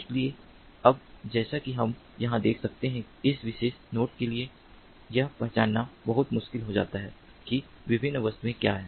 इसलिए अब जैसा कि हम यहां देख सकते हैं इस विशेष नोड के लिए यह पहचानना बहुत मुश्किल हो जाता है कि विभिन्न वस्तुएं क्या हैं